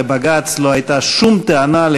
לבג"ץ לא הייתה שום טענה על